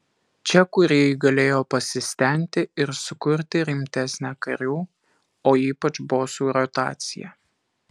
čia kūrėjai galėjo pasistengti ir sukurti rimtesnę karių o ypač bosų rotaciją